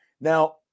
now